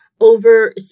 over